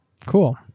cool